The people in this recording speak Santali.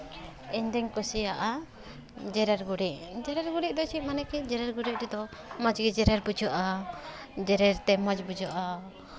ᱤᱧ ᱫᱚᱹᱧ ᱠᱩᱥᱤᱭᱟᱜᱼᱟ ᱡᱮᱨᱮᱲ ᱜᱩᱨᱤᱡ ᱡᱮᱨᱮᱲ ᱜᱩᱨᱤᱡ ᱫᱚ ᱪᱮᱫ ᱢᱟᱱᱮ ᱠᱮ ᱡᱮᱨᱮᱲ ᱜᱩᱨᱤᱡ ᱨᱮᱫᱚ ᱢᱚᱡᱽ ᱜᱮ ᱡᱮᱨᱮᱲ ᱵᱩᱡᱷᱟᱹᱜᱼᱟ ᱡᱮᱨᱮᱲᱛᱮ ᱢᱚᱡᱽ ᱵᱩᱡᱷᱟᱹᱜᱼᱟ